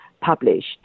published